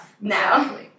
No